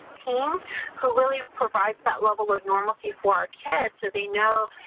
team who really provide some level of normalcy large head to the know.